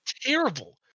terrible